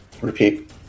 Repeat